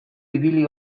ibili